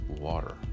water